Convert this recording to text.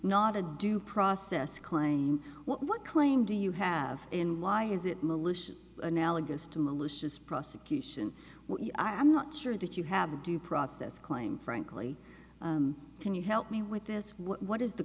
not a due process claim what claim do you have in law is it malicious analogous to malicious prosecution i am not sure that you have due process claim frankly can you help me with this what is the